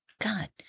God